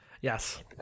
Yes